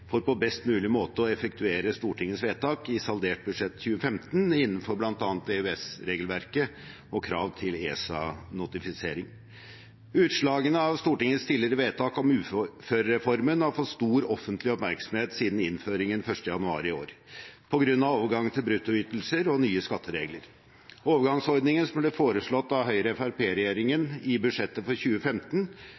for på best mulig måte å effektuere Stortingets vedtak i saldert budsjett 2015 innenfor bl.a. EØS-regelverket og krav til ESA-notifisering. Utslagene av Stortingets tidligere vedtak om uførereformen har fått stor offentlig oppmerksomhet siden innføringen 1. januar i år, på grunn av overgang til bruttoytelser og nye skatteregler. Overgangsordningen som ble foreslått av Høyre–Fremskrittsparti-regjeringen i budsjettet for 2015